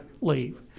leave